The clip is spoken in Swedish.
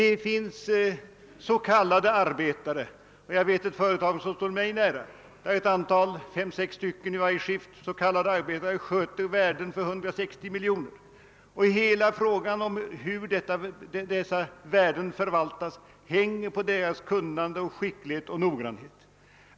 I ett företag som står mig nära sköter fem, sex s.k. arbetare i varje skift maskiner till värden av 160 miljoner. Hur dessa värden förvaltas beror helt på deras skicklighet, noggrannhet och kunnighet.